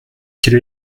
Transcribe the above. quel